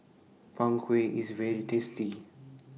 Png Kueh IS very tasty